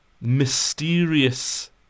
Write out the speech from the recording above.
mysterious